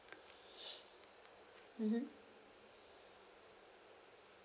mmhmm